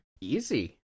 easy